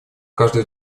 каждого